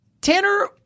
Tanner